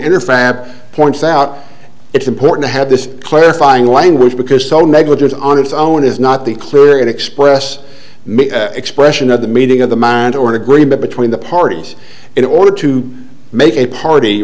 in fact points out it's important to have this clarifying language because the negligence on its own is not the clear and express expression of the meaning of the mind or an agreement between the parties in order to make a party